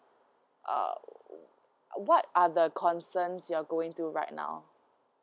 uh what are the concerns you're going to right now